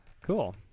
Cool